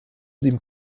sieben